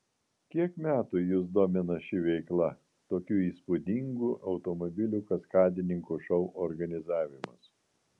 kiek metų jus domina ši veikla tokių įspūdingų automobilių kaskadininkų šou organizavimas